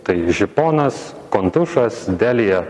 tai ponas kontušas delija